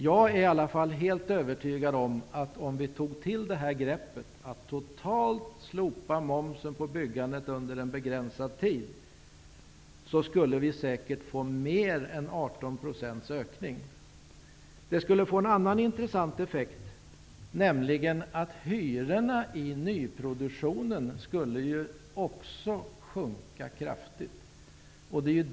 Jag är i alla fall helt övertygad om att vi, om vi tog nämnda grepp och totalt slopade momsen på byggandet under en begränsad tid, skulle få mer än 18 % ökning. Detta skulle få en annan intressant effekt, nämligen att hyrorna i nyproduktionen också skulle minska kraftigt.